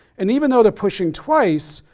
and even though they're pushing twice,